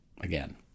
Again